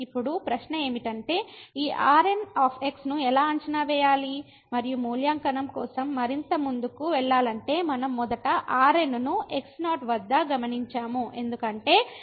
ఇప్పుడు ప్రశ్న ఏమిటంటే ఈ Rn ను ఎలా అంచనా వేయాలి మరియు మూల్యాంకనం కోసం మరింత ముందుకు వెళ్ళాలంటే మనం మొదట Rn ను x0 వద్ద గమనించాము ఎందుకంటే f Pn